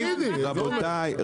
רבותי,